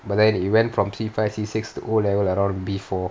but then it went from C five C six to O level around B four